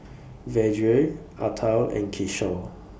Vedre Atal and Kishore